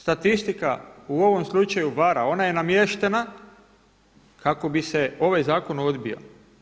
Statistika u ovom slučaju vara, ona je namještena kako bi se ovaj zakon odbio.